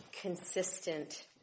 consistent